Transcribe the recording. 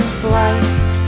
flights